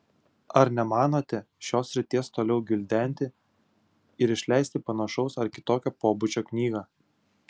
ar nemanote šios srities toliau gvildenti ir išleisti panašaus ar kitokio pobūdžio knygą